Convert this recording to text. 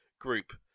group